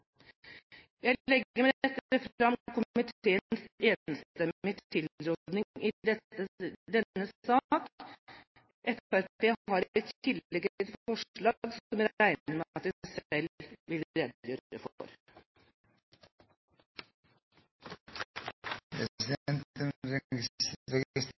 Jeg legger med dette fram komiteens enstemmige tilråding i denne saken. Fremskrittspartiet har i tillegg et forslag som jeg regner med at de selv vil redegjøre for.